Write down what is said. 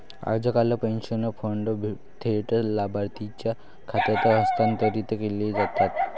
आजकाल pension fund थेट लाभार्थीच्या खात्यात हस्तांतरित केले जातात